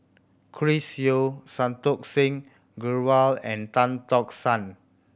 Chris Yeo Santokh Singh Grewal and Tan Tock San